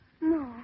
No